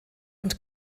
und